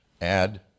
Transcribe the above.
add